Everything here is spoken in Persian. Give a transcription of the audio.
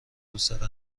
روسر